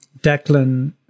Declan